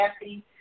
happy